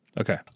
Okay